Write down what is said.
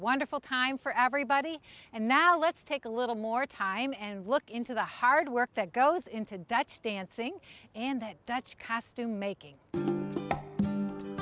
wonderful time for everybody and now let's take a little more time and look into the hard work that goes into dutch dancing and that dutch cast do making